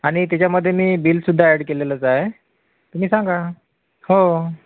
आणि त्याच्यामध्ये मी बिलसुद्धा ॲड केलेलंच आहे तुम्ही सांगा हो